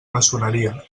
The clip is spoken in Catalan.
maçoneria